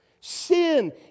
Sin